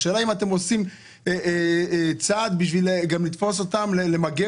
השאלה אם אתם עושים צעד גם בשביל לתפוס אותם ולמגר